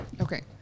okay